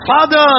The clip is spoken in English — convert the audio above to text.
Father